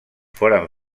foren